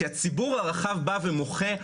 כי הציבור הרחב בא ומוחה,